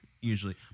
usually